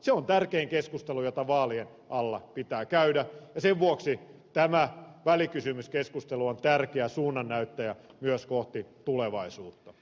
se on tärkein keskustelu jota vaalien alla pitää käydä ja sen vuoksi tämä välikysymyskeskustelu on tärkeä suunnannäyttäjä myös kohti tulevaisuutta